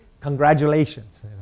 Congratulations